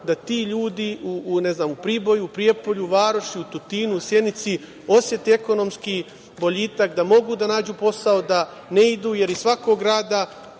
da ti ljudi u Priboju, u Prijepolju, u Varoši, u Tutinu, u Sjenici osete ekonomski boljitak, da mogu da nađu posao, da ne idu, jer iz svakog grada